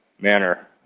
manner